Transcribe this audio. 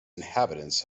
inhabitants